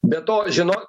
be to žinot